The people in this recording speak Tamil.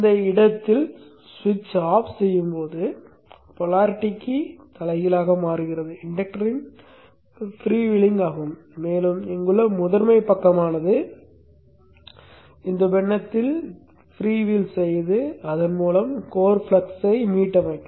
அந்த இடத்தில் ஸ்விட்ச் ஆஃப் செய்யும்போது போலாரிட்டி தலைகீழாக மாறுகிறது இண்டக்டர் ஃப்ரீவீலிங் ஆகும் மேலும் இங்குள்ள முதன்மை பக்கமானது இந்த பின்னத்தில் ஃப்ரீவீல் செய்து அதன் மூலம் கோர் ஃப்ளக்ஸை மீட்டமைக்கும்